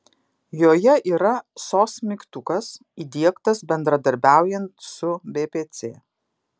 joje yra sos mygtukas įdiegtas bendradarbiaujant su bpc